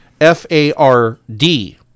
F-A-R-D